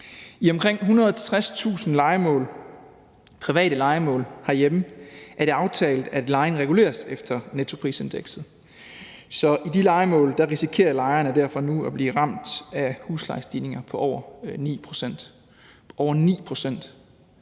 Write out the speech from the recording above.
I omkring 160.000 private lejemål herhjemme er det aftalt, at lejen reguleres efter nettoprisindekset, så i de lejemål risikerer lejerne derfor nu at blive ramt af huslejestigninger på over 9 pct.